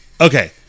okay